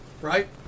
Right